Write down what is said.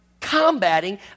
combating